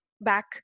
back